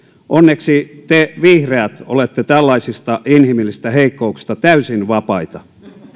onneksi te vihreät olette tällaisista inhimillisistä heikkouksista täysin vapaita